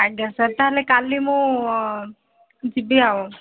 ଆଜ୍ଞା ସାର୍ ତା'ହାଲେ କାଲି ମୁଁ ଯିବି ଆଉ